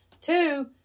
Two